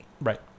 Right